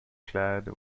clad